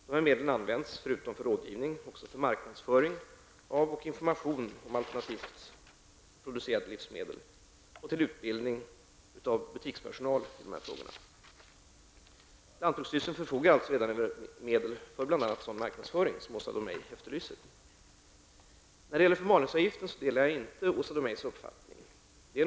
Dessa medel används, förutom för rådgivning, även för marknadsföring av och information om alternativt producerade livsmedel samt för utbildning av butikspersonal i dessa frågor. Lantbruksstyrelsen förfogar alltså redan över medel för bl.a. sådan marknadsföring som Åsa När det gäller förmalningsavgiften delar jag inte Åsa Domeijs uppfattning.